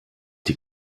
die